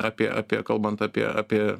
apie apie kalbant apie apie